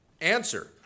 Answer